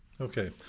Okay